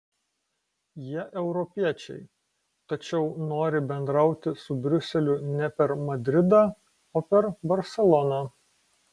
jie europiečiai tačiau nori bendrauti su briuseliu ne per madridą o per barseloną